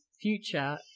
future